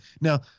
Now